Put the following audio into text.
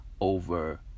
over